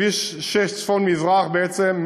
כביש 6 צפון-מזרח בעצם,